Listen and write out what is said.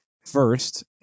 first